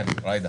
כן, ג'ידא.